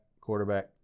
quarterback